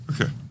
Okay